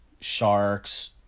sharks